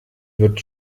wird